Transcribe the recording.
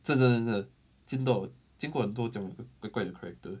真的真的真的见到见过很多这样怪怪的 character